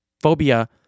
phobia